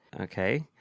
Okay